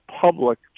public